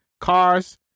cars